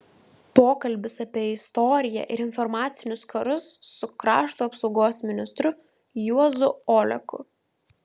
pokalbis apie istoriją ir informacinius karus su krašto apsaugos ministru juozu oleku